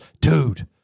dude